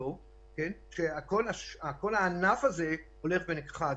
שכל הענף הזה הולך ונכחד.